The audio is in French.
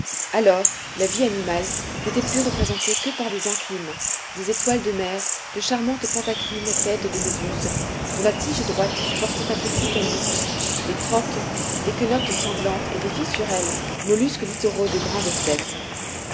alors la vie animale n'était plus représentée que par des encrines des étoiles de mer de charmantes pentacrines tête de méduse dont la tige droite supportait un petit calice des troques des quenottes sanglantes et des fissurelles mollusques littoraux de grande espèce